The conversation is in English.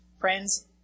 Friends